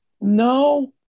no